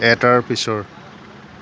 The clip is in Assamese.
এটাৰ পিছৰ